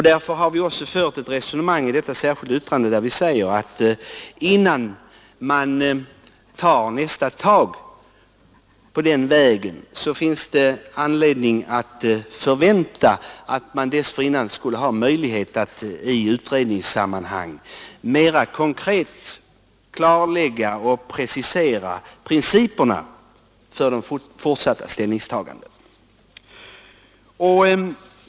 Därför har vi i det särskilda yttrandet sagt att det finns all anledning att förvänta att man, innan man tar nästa steg, skall ha möjlighet att i utredningssammanhang mera konkret klarlägga och precisera principerna för de fortsatta ställningstagandena.